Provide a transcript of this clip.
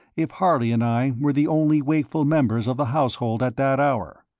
if harley and i were the only wakeful members of the household at that hour.